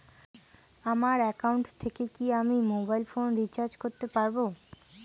আমার একাউন্ট থেকে কি আমি মোবাইল ফোন রিসার্চ করতে পারবো?